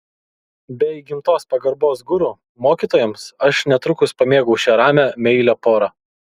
be įgimtos pagarbos guru mokytojams aš netrukus pamėgau šią ramią meilią porą